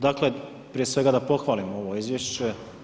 Dakle, prije svega da pohvalim ovo Izvješće.